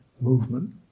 movement